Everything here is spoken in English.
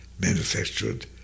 manufactured